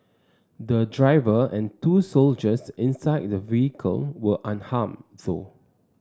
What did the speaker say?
the driver and two soldiers inside the vehicle were unharmed though